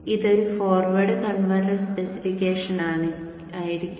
ഇത് ഒരു forward converter സ്പെസിഫിക്കേഷനായിരിക്കും